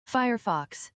firefox